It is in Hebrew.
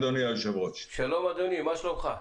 שלום אדוני, מה שלומך?